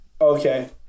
Okay